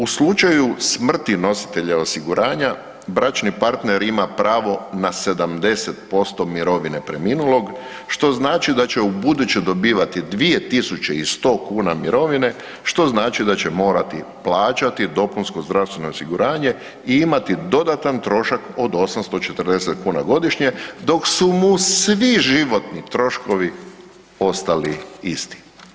U slučaju smrti nositelja osiguranja bračni partner ima pravo na 70% mirovine preminulog što znači da će ubuduće dobivati 2100 kuna mirovine što znači da će morati plaćati dopunsko zdravstveno osiguranje i imati dodatan trošak od 840 kuna godišnje dok su mu svi životni troškovi ostali isti.